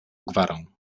gwarą